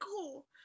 cool